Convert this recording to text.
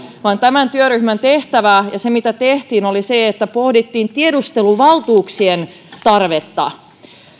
vaan tämän työryhmän tehtävä ja se mitä tehtiin oli se että pohdittiin tiedusteluvaltuuksien tarvetta